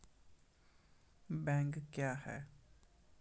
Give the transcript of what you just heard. Bank क्या हैं?